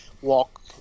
walk